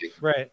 Right